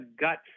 gut